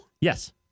Yes